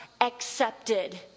accepted